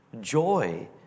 joy